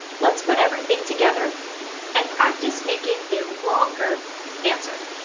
let's put everything together and practice making a longer answer.